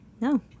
no